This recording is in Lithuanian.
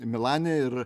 milane ir